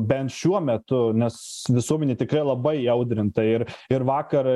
bent šiuo metu nes visuomenė tikrai labai įaudrinta ir ir vakar